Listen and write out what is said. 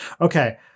Okay